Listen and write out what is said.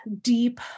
deep